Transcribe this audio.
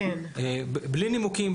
בלי נימוקים,